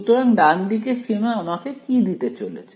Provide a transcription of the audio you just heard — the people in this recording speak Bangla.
সুতরাং ডানদিকের সীমা আমাকে কি দিতে চলেছে